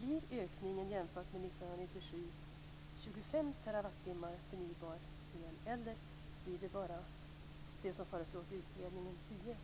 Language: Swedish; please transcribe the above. Blir ökningen, jämfört med 1997, 25 terawattimmar förnybar el, eller blir det bara det som föreslås i utredningen, 10